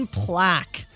plaque